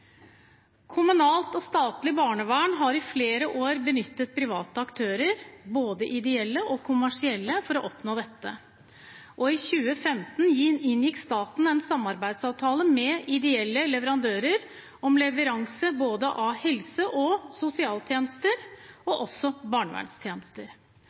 Kommunalt og statlig barnevern har i flere år benyttet private aktører, både ideelle og kommersielle, for å oppnå dette. I 2015 inngikk staten en samarbeidsavtale med ideelle leverandører om leveranse både av helse- og sosialtjenester